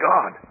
God